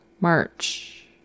March